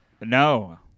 No